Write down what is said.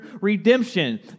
redemption